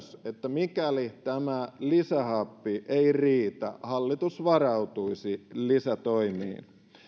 mikäli tämä lisähappi ei riitä hallitus varautuisi lisätoimiin